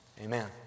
amen